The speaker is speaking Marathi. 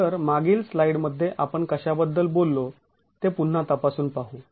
तर मागील स्लाईड मध्ये आपण कशाबद्दल बोललो ते पुन्हा तपासून पाहू